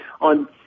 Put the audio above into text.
on